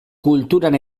kulturan